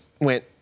went